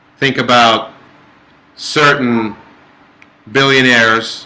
think about certain billionaires